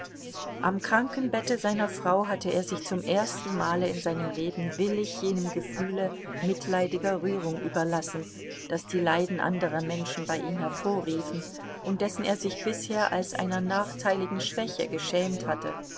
am krankenbette seiner frau hatte er sich zum ersten male in seinem leben willig jenem gefühle mitleidiger rührung überlassen das die leiden anderer menschen bei ihm hervorriefen und dessen er sich bisher als einer nachteiligen schwäche geschämt hatte